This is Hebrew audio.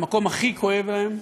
המקום הכי כואב להם,